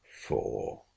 four